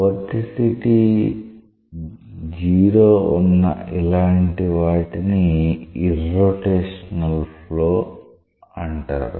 vorticity 0 ఉన్న ఇలాంటి వాటిని ఇర్రోటేషనల్ ఫ్లో అంటారు